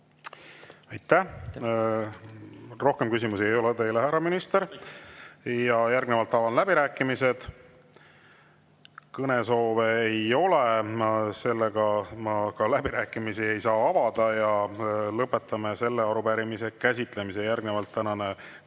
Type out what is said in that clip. Aitäh! Rohkem küsimusi ei ole teile, härra minister. Järgnevalt avan läbirääkimised. Kõnesoove ei ole, ma läbirääkimisi ei saa avada. Lõpetame selle arupärimise käsitlemise. Järgnevalt tänane kolmas